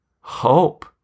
Hope